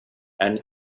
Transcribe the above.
and